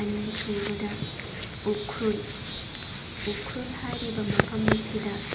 ꯑꯅꯤꯁꯨꯕꯗ ꯎꯈ꯭ꯔꯨꯜ ꯎꯈ꯭ꯔꯨꯜ ꯍꯥꯏꯔꯤꯕ ꯃꯐꯝ ꯑꯁꯤꯗ